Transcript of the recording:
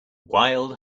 wild